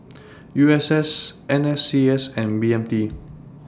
U S S N S C S and B M T